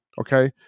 Okay